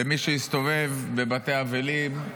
למי שהסתובב בבתי אבלים,